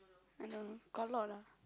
I don't know got a lot lah